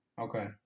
Okay